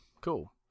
Cool